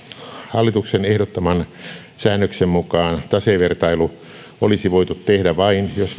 hallituksen ehdottaman säännöksen mukaan tasevertailu olisi voitu tehdä vain jos